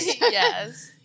Yes